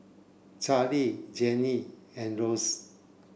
Charlie Jeanie and Lorenz